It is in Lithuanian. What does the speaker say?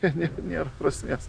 kad nė nėra prasmės